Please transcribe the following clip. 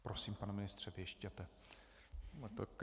Prosím, pane ministře, věštěte.